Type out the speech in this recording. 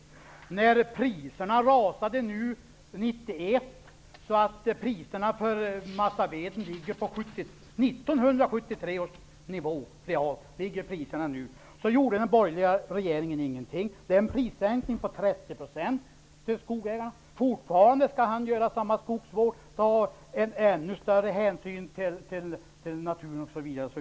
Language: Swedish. Vidare har priserna på massaved rasat sedan 1991, så att de nu ligger på 1973 års nivå. Den borgerliga regeringen har inte gjort någonting åt detta. Skogsägarna har fått en prissänkning på 30 %, men de skall bedriva en oförändrad skogsvård, ta ännu större hänsyn till naturen osv.